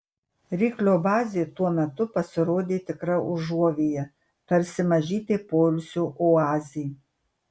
ryklio bazė tuo metu pasirodė tikra užuovėja tarsi mažytė poilsio oazė